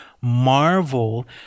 marvel